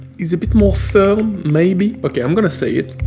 it's a bit more firm, maybe. ok, i'm gonna say it.